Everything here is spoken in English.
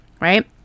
right